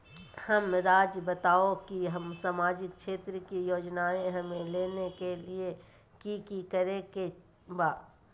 हमराज़ बताओ कि सामाजिक क्षेत्र की योजनाएं हमें लेने के लिए कि कि करे के बा?